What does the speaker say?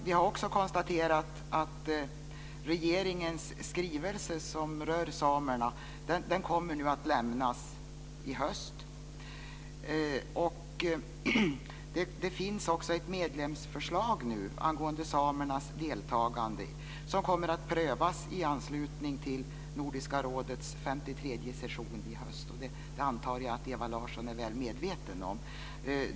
Vi har konstaterat att regeringens skrivelse som rör samerna kommer att lämnas i höst. Det finns nu också ett medlemsförslag angående samernas deltagande som kommer att prövas i anslutning till Nordiska rådets 53:e session i höst. Det antar jag att Ewa Larsson är väl medveten om.